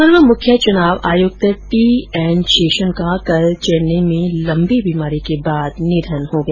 पूर्व मुख्य चुनाव आयुक्त टी एन शेषन का कल चेन्नई में लम्बी बीमारी के बाद निधन हो गया